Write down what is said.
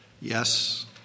Yes